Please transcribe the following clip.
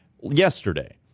yesterday